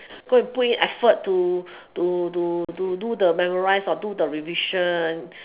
go and put in effort to to to to do the memorise or do the revision